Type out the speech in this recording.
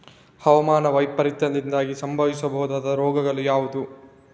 ಹವಾಮಾನ ವೈಪರೀತ್ಯದಿಂದಾಗಿ ಸಂಭವಿಸಬಹುದಾದ ರೋಗಗಳು ಯಾವುದು?